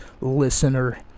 listener